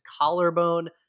collarbone